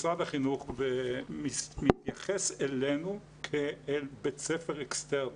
משרד החינוך מתייחס אלינו כאל בית ספר אקסטרני.